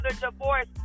divorce